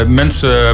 mensen